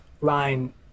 line